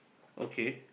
okay